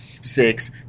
six